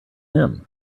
him